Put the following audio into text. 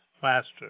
faster